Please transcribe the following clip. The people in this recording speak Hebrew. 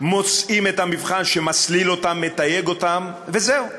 מוצאים את המבחן שמסליל אותם, מתייג אותם וזהו.